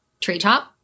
treetop